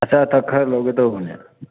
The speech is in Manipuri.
ꯑꯆꯥ ꯑꯊꯛ ꯈꯔ ꯂꯧꯒꯦ ꯇꯧꯕꯅꯦ